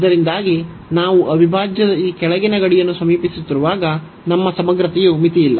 ಇದರಿಂದಾಗಿ ನಾವು ಅವಿಭಾಜ್ಯದ ಈ ಕೆಳಗಿನ ಗಡಿಯನ್ನು ಸಮೀಪಿಸುತ್ತಿರುವಾಗ ನಮ್ಮ ಸಮಗ್ರತೆಯು ಮಿತಿಯಿಲ್ಲ